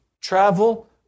travel